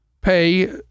pay